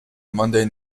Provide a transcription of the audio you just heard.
monday